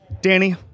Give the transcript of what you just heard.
Danny